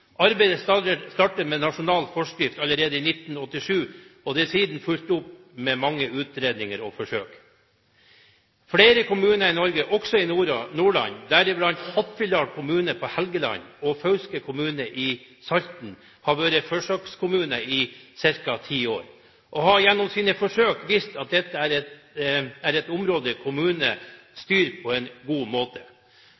Arbeidet startet med nasjonal forskrift allerede i 1987 og er siden blitt fulgt opp med mange utredninger og forsøk. Flere kommuner i Norge, også i Nordland – deriblant Hattfjelldal kommune på Helgeland og Fauske kommune i Salten – har vært forsøkskommuner i ca. ti år, og har gjennom sine forsøk vist at dette er et område som kommunene